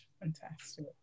Fantastic